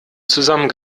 zusammen